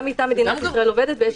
גם איתם מדינת ישראל עובדת.